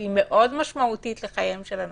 שהיא מאוד משמעותית לחייהם של אנשים.